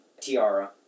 Tiara